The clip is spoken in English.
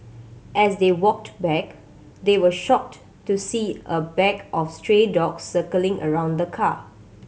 as they walked back they were shocked to see a bag of stray dogs circling around the car